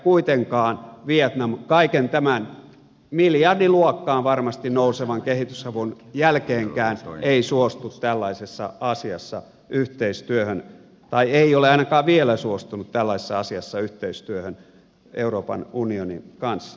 kuitenkaan vietnam kaiken tämän varmasti miljardiluokkaan nousevan kehitysavun jälkeenkään ei suostu tällaisessa asiassa yhteistyöhön tai ei ole ainakaan vielä suostunut tällaisessa asiassa yhteistyöhön euroopan unionin kanssa